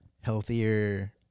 healthier